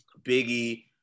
Biggie